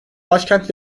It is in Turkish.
başkent